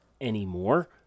anymore